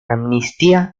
amnistía